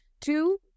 two